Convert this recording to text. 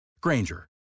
Granger